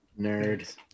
Nerd